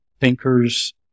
thinkers